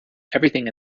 everything